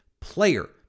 player